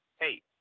Hey